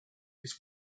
his